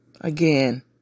again